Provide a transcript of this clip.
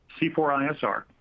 C4ISR